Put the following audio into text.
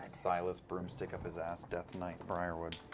sylas, broomstick-up-his-ass, death knight briarwood.